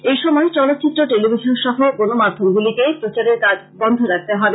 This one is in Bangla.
এই সময় চলচিত্র টেলিভিশন সহ গণমাধ্যমগুলিকে প্রচারের কাজ বন্ধ রাখতে হবে